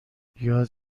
یاد